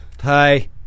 Hi